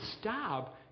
stop